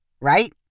right